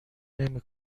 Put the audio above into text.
نمی